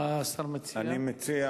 מה השר מציע?